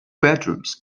bedrooms